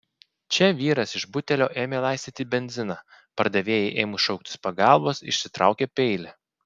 čia vyras iš butelio ėmė laistyti benziną pardavėjai ėmus šauktis pagalbos išsitraukė peilį